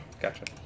Gotcha